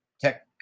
tech